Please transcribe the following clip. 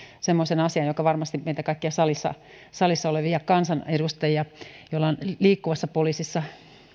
semmoisen asian joka varmasti meitä kaikkia salissa salissa olevia kansanedustajia joilla on liikkuvassa poliisissa